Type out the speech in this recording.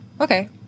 Okay